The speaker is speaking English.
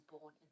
born